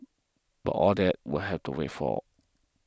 but all that will have to wait for